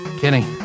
Kenny